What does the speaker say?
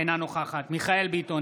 אינה נוכחת מיכאל מרדכי ביטון,